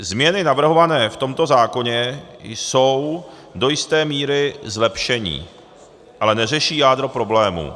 Změny navrhované v tomto zákoně jsou do jisté míry zlepšení, ale neřeší jádro problému.